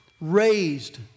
raised